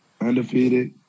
undefeated